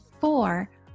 four